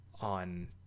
on